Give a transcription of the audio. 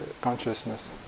consciousness